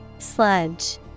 Sludge